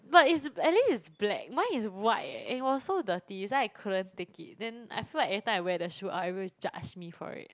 but is at least is black mine is white eh and it was so dirty that's why I couldn't take it then I feel like every time I wear the shoe out everybody judge me for it